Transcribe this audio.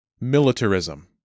Militarism